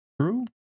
True